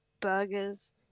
burgers